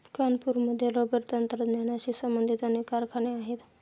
कानपूरमध्ये रबर तंत्रज्ञानाशी संबंधित अनेक कारखाने आहेत